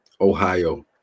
Ohio